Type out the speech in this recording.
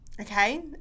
Okay